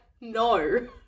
no